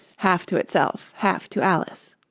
half to itself, half to alice.